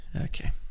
Okay